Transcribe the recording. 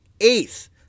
eighth